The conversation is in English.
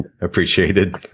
appreciated